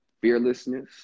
fearlessness